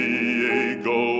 Diego